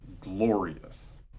glorious